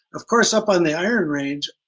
of course up on the iron range,